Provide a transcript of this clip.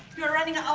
you're running